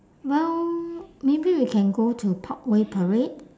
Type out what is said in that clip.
well maybe we can go to parkway parade